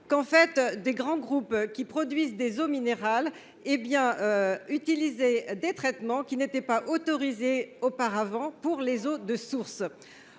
que des grands groupes producteurs d’eaux minérales utilisaient en fait des traitements qui n’étaient pas autorisés auparavant pour les eaux de source.